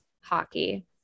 hockey